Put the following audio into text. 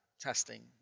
testing